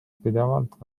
pidevalt